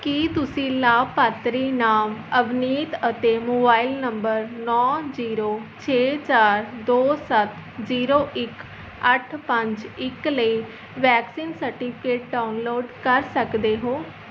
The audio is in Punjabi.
ਕੀ ਤੁਸੀਂ ਲਾਭਪਾਤਰੀ ਨਾਮ ਅਵਨੀਤ ਅਤੇ ਮੋਬਾਇਲ ਨੰਬਰ ਨੌ ਜੀਰੋ ਛੇ ਚਾਰ ਦੋ ਸੱਤ ਜੀਰੋ ਇੱਕ ਅੱਠ ਪੰਜ ਇੱਕ ਲਈ ਵੈਕਸੀਨ ਸਰਟੀਫਿਕੇਟ ਡਾਊਨਲੋਡ ਕਰ ਸਕਦੇ ਹੋ